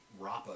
Rapa